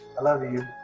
i love you.